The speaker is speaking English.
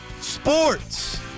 sports